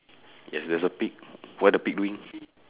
yes there is a pig what is the pig doing